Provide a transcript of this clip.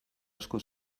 asko